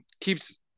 keeps